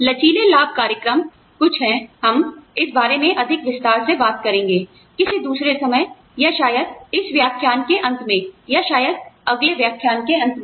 लचीले लाभ कार्यक्रम कुछ है हम इस बारे में अधिक विस्तार से बात करेंगे किसी दूसरे समय या शायद इस व्याख्यान के अंत में या शायद अगले व्याख्यान के अंत में